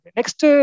Next